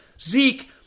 Zeke